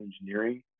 engineering